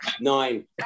Nine